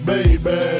Baby